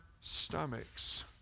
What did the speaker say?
stomachs